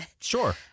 Sure